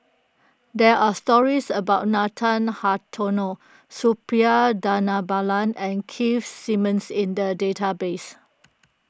there are stories about Nathan Hartono Suppiah Dhanabalan and Keith Simmons in the database